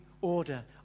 order